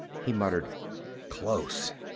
he muttered close!